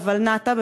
בוולנת"ע,